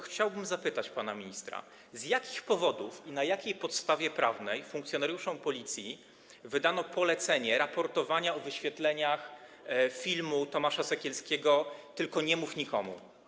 Chciałbym zapytać pana ministra, z jakich powodów i na jakiej podstawie prawnej funkcjonariuszom Policji wydano polecenie raportowania o wyświetleniach filmu Tomasza Sekielskiego „Tylko nie mów nikomu”